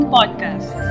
Podcast